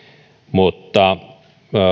mutta